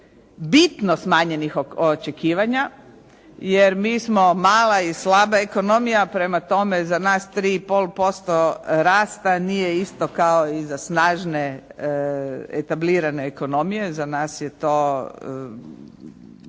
bitno smanjenih očekivanja. Jer mi smo mala i slaba ekonomija, prema tome za nas 3,5% rasta nije isto kao i za snažne etablirane ekonomije, za nas je to